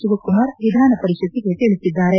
ಶಿವಕುಮಾರ್ ವಿಧಾನ ಪರಿಷತ್ಗೆ ತಿಳಿಸಿದ್ದಾರೆ